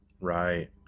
Right